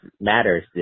matters